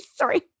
sorry